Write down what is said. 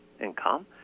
income